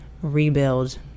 Rebuild